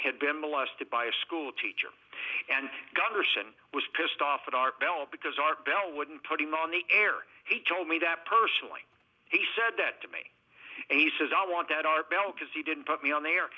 had been molested by a school teacher and gunderson was pissed off at art bell because art bell wouldn't put him on the air he told me that personally he said that to me a says i want at our belt because he didn't put me on the